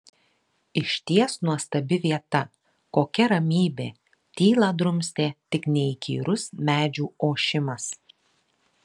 išties nuostabi vieta kokia ramybė tylą drumstė tik neįkyrus medžių ošimas